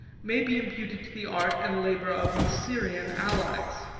may be imputed to the art and labor of his syrian allies.